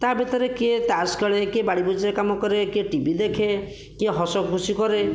ତା' ଭିତରେ କିଏ ତାସ୍ ଖେଳେ କିଏ ବାଡ଼ି ବଗିଚାରେ କାମ କରେ କିଏ ଟିଭି ଦେଖେ କିଏ ହସଖୁସି କରେ